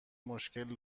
مشکل